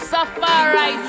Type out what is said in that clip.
Safari